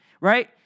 Right